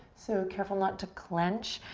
so careful not to clench.